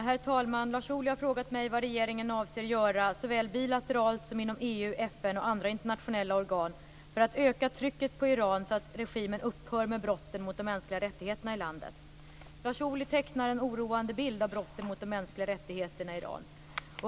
Herr talman! Lars Ohly har frågat mig vad regeringen avser göra - såväl bilateralt som inom EU, FN och andra internationella organ - för att öka trycket på Iran så att regimen upphör med brotten mot de mänskliga rättigheterna i landet. Lars Ohly tecknar en oroande bild av brotten mot de mänskliga rättigheterna i Iran.